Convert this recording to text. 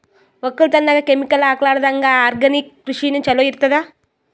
ಒಕ್ಕಲತನದಾಗ ಕೆಮಿಕಲ್ ಹಾಕಲಾರದಂಗ ಆರ್ಗ್ಯಾನಿಕ್ ಕೃಷಿನ ಚಲೋ ಇರತದ